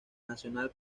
national